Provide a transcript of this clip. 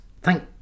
Thank